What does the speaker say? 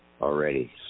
already